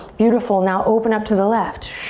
beautiful. now open up to the left.